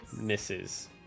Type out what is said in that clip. Misses